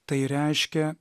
tai reiškia